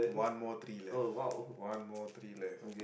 one more three left one more three left